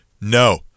no